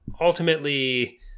ultimately